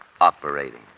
operating